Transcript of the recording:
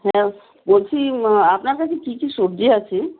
হ্যাঁ বলছি আপনার কাছে কী কী সবজি আছে